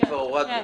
את זה כבר הורדנו.